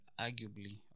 Arguably